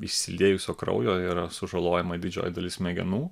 išsiliejusio kraujo yra sužalojama didžioji dalis smegenų